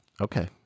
okay